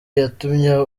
yatumye